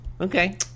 Okay